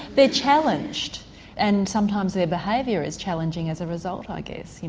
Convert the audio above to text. they are challenged and sometimes their behaviour is challenging as a result, i guess.